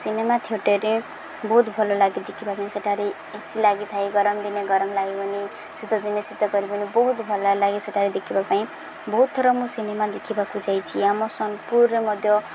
cinema ଥିିଏଟର୍ରେ ବହୁତ ଭଲ ଲାଗେ ଦେଖିବାକୁ ପାଇଁ ସେଠାରେ ଏ ସି ଲାଗିଥାଏ ଗରମ ଦିନେ ଗରମ ଲାଗିବନି ଶୀତ ଦିନେ ଶୀତ କରିବନି ବହୁତ ଭଲ ଲାଗେ ସେଠାରେ ଦେଖିବା ପାଇଁ ବହୁତ ଥର ମୁଁ ସିନେମା ଦେଖିବାକୁ ଯାଇଛି ଆମ ସୋନପୁରରେ ମଧ୍ୟ